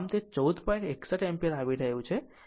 આમ IC r ω C V